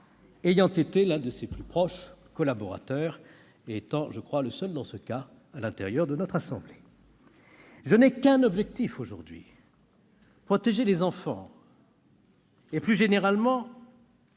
ayant été l'un de ses plus proches collaborateurs- je pense être le seul dans ce cas au sein de notre assemblée. Je n'ai qu'un objectif aujourd'hui, protéger les enfants et, plus précisément,